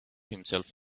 himself